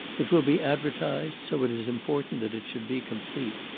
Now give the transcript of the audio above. it will be advertised, so it is important that it should be complete.